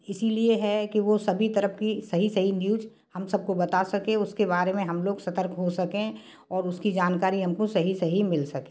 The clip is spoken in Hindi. इसलिए है कि वह सभी तरफ की सही सही न्यूज़ हम सब को बता सके उसके बारे में हम लोग सतर्क हो सके और उसकी जानकारी हमको सही सही मिल सके